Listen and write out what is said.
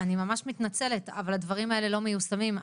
אני ממש מתנצלת אבל הדברים האלה לא מיושמים.